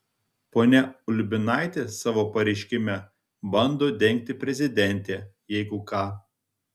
ponia ulbinaitė savo pareiškime bando dengti prezidentę jeigu ką